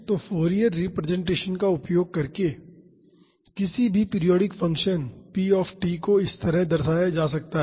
तो Fourier representation का उपयोग करके किसी भी पीरियाडिक फ़ंक्शन p को इस तरह दर्शाया जा सकता है